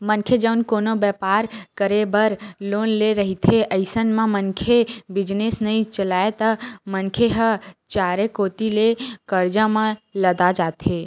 मनखे जउन कोनो बेपार करे बर लोन ले रहिथे अइसन म मनखे बिजनेस नइ चलय त मनखे ह चारे कोती ले करजा म लदा जाथे